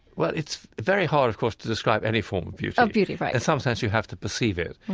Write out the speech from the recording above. well, it's very hard, of course, to describe any form of beauty of beauty, right in some sense you have to perceive it.